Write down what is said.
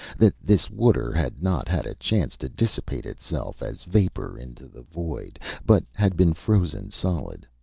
that this water had not had a chance to dissipate itself as vapor into the void, but had been frozen solid.